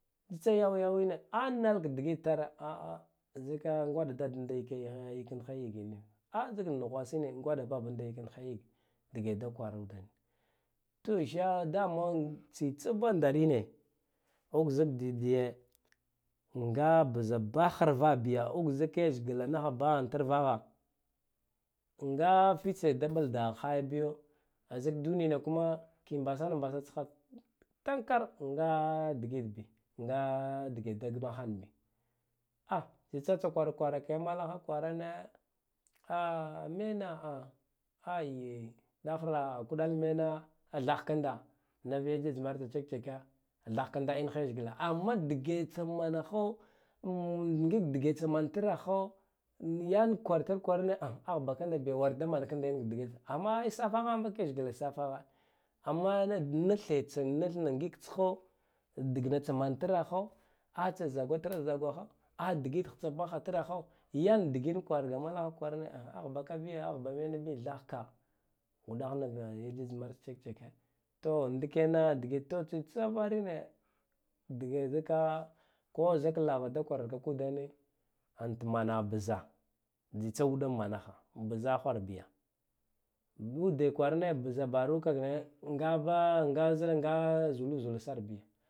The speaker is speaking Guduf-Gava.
Tsitsa yawa yawine aa nalaka giditita re aa zika ngwaɗar ɗadadada ndalke yakendheyigi ma aa zik nuhwase ne ngwaɗa baban da yakehdhe yage dige da kwarudrama to sha dama tsitsa vandarine ukzudi diye nga bza daharva biya ukzuke shagla niha hahatrvaha nga fitse da balgaha haya biyo zak duniyana kuma ke basana basa tsa tamkar nga dige da bdhambiyi a tsitsatsa kwara kwara kimalaha kiwarane aa mena ayye dahra kuɗala mena a than kanda navi yi jijamar tsa checkcheke thahkan da in ha lenshgla amma dige tsa mana ho um ngidige tsa man traho yan kwartran kwarane ahha ahbakanda biya war da manakanda yan digid amma ya safaha vak leshgla safa amma nathe tsa nathna nik tsho dagna tsa mantraho a tsa zagwatra zagwa ho ah digit tsa bahatraho yan digit kwarna malaha kwarane ah bakabiyo ahba mena biyo thahka uɗah nava ya jijmar tsa check-checke to ndikene to tsitsa varine dige zaka ko zak lava dakwarga udane anta manaha bza tsitsa manaha bza hwarbiya nguide kwarane bza baruka hare ngaba nga zire nga zulu zula sar biga